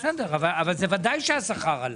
ודאי שהשכר עלה.